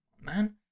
man